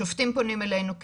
שופטים פונים אלינו.